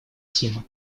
сима